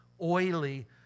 oily